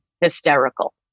hysterical